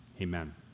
Amen